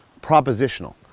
propositional